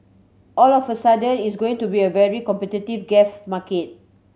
all of a sudden it's going to be a very competitive gas market